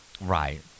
right